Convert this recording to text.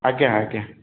ଆଜ୍ଞା ଆଜ୍ଞା